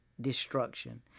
destruction